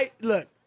look